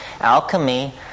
Alchemy